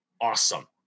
awesome